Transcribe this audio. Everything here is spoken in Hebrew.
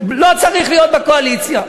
לא צריך להיות בקואליציה.